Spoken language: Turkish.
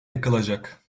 yakılacak